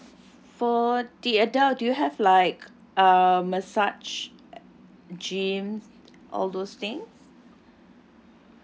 for the adult do you have like uh massage gym all those things